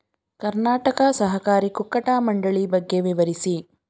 ಕರ್ನಾಟಕ ಸಹಕಾರಿ ಕುಕ್ಕಟ ಮಂಡಳಿ ಬಗ್ಗೆ ವಿವರಿಸಿ?